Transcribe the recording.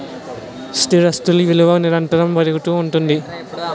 స్థిరాస్తులు విలువ నిరంతరము పెరుగుతూ ఉంటుంది